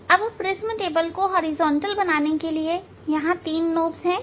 अब prism table को horizontal बनाने के लिए यहां 3 नॉब है